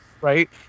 Right